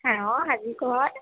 hello ہاں جی کون